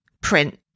print